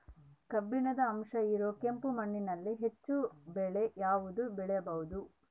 ಕಬ್ಬಿಣದ ಅಂಶ ಇರೋ ಕೆಂಪು ಮಣ್ಣಿನಲ್ಲಿ ಹೆಚ್ಚು ಬೆಳೆ ಯಾವುದು ಬೆಳಿಬೋದು?